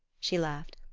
she laughed.